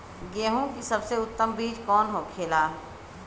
गेहूँ की सबसे उत्तम बीज कौन होखेला?